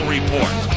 Report